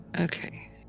Okay